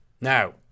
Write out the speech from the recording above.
Now